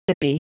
Mississippi